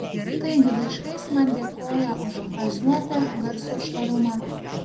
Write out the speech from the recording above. taigi laiške jis man dėkoja už frazuotę garso švarumą